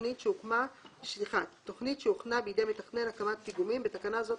תכנית שהוכנה בידי מתכנן הקמת פיגומים (בתקנה זו,